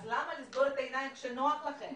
אז למה לסגור את העיניים כשנוח לכם?